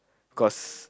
cause